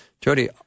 Jody